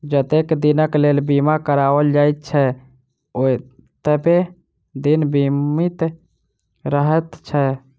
जतेक दिनक लेल बीमा कराओल जाइत छै, ओतबे दिन बीमित रहैत छै